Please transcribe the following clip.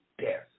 death